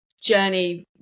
journey